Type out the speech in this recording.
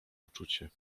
uczucie